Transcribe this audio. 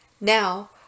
Now